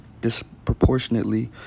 disproportionately